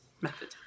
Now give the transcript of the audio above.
method